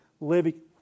living